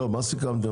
מה סיכמתם?